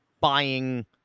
buying